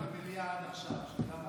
מיכל שיר סגמן, אינה נוכחת רם שפע,